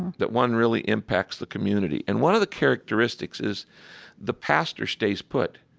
that one really impacts the community? and one of the characteristics is the pastor stays put.